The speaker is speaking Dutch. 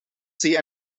zee